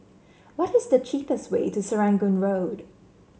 what is the cheapest way to Serangoon Road